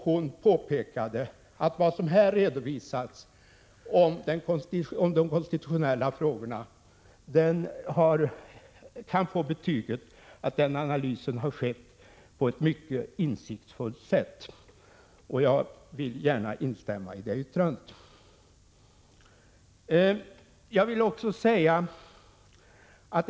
Hon påpekade att redovisningen av de konstitutionella frågorna innebar ett betyg på att analysen har gjorts på ett mycket insiktsfullt sätt. Jag vill gärna instämma i det yttrandet.